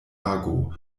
ago